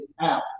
out